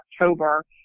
October